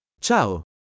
Ciao